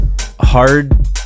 hard